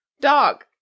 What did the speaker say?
dog